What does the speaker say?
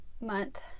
month